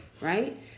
Right